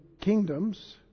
kingdoms